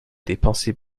dépenser